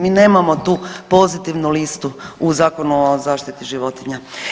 Mi nemamo tu pozitivnu listu u Zakonu o zaštiti životinja.